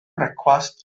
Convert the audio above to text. brecwast